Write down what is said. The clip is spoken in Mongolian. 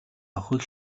авахыг